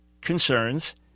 concerns